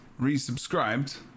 resubscribed